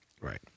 right